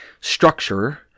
structure